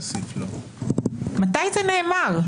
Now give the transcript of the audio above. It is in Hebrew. מתי זה נאמר?